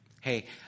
Hey